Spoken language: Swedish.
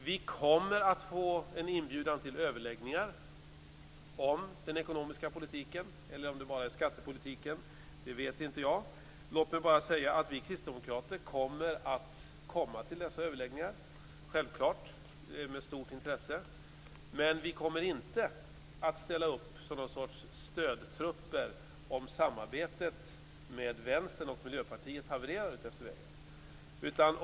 Vi kommer att få en inbjudan till överläggningar om den ekonomiska politiken - eller bara skattepolitiken. Låt mig säga att vi kristdemokrater kommer att med stort intresse komma till dessa överläggningar. Men vi kommer inte att ställa upp som något slags stödtrupper om samarbetet med Vänstern och Miljöpartiet havererar utefter vägen.